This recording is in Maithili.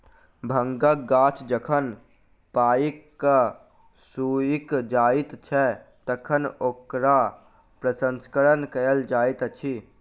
भांगक गाछ जखन पाइक क सुइख जाइत छै, तखन ओकरा प्रसंस्करण कयल जाइत अछि